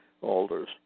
alders